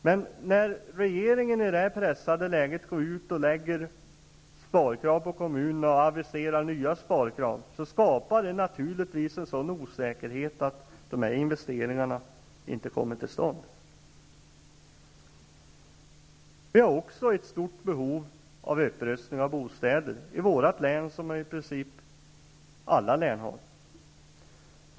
Men när regeringen i det här pressade läget går ut och lägger sparkrav på kommunerna och aviserar nya sparkrav skapar det naturligtvis en sådan osäkerhet att de investeringarna inte kommer till stånd. Vi har också ett stort behov av upprustning av bostäder -- i vårt län som i alla län i princip.